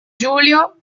giulio